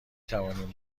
توانیم